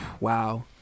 Wow